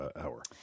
hour